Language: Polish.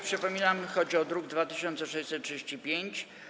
Przypominam, że chodzi o druk nr 2635.